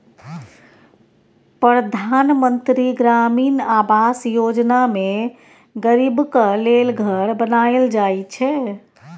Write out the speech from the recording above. परधान मन्त्री ग्रामीण आबास योजना मे गरीबक लेल घर बनाएल जाइ छै